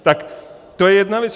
Tak to je jedna věc.